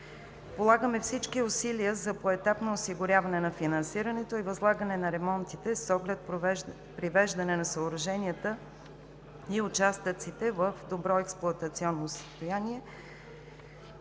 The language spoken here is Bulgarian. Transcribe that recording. Полагаме всички усилия за поетапно осигуряване на финансирането и възлагане на ремонтите с оглед привеждане на съоръженията и участъците в добро експлоатационно състояние.